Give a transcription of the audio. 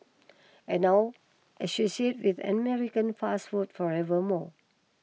and now associated with American fast food forever more